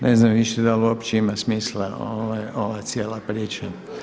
Ne znam više da li uopće ima smisla ova cijela priča.